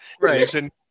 right